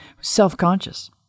self-conscious